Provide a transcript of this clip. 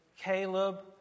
Caleb